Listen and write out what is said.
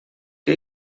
què